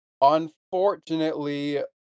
unfortunately